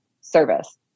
service